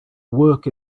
work